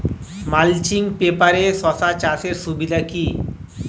Mulching পেপারে শসা চাষের সুবিধা কি?